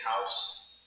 House